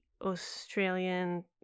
Australian